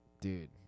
Dude